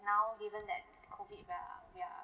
now given that COVID ya ya